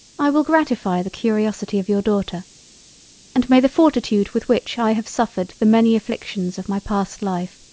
i will gratify the curiosity of your daughter and may the fortitude with which i have suffered the many afflictions of my past life,